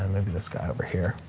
maybe this guy over here.